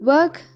Work